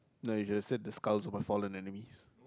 no you should have said the skulls of our fallen enemies